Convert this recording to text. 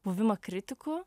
buvimą kritiku